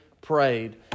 prayed